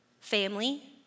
Family